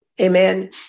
Amen